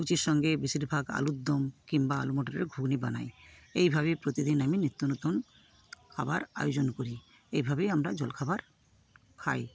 লুচির সঙ্গে বেশিরভাগ আলুরদম কিংবা আলু মোটরের ঘুঘনি বানাই এইভাবে প্রতিদিন আমি নিত্য নতুন খাবার আয়োজন করি এইভাবেই আমরা জল খাবার খাই